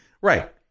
Right